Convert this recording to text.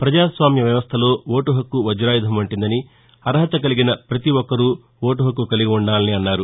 ప్రజాస్వామ్య వ్యవస్థలో ఓటు హక్కు వజాయుధం వంటిదని అర్హత కలిగిన ప్రతీ ఒక్కరూ ఓటు హక్కు కలిగి ఉండాలని అన్నారు